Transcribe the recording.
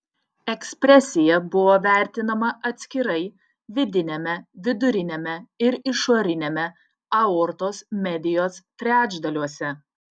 ekspresija buvo vertinama atskirai vidiniame viduriniame ir išoriniame aortos medijos trečdaliuose